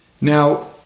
Now